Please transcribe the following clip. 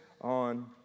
on